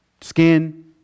skin